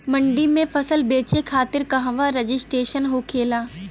मंडी में फसल बेचे खातिर कहवा रजिस्ट्रेशन होखेला?